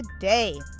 today